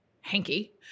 hanky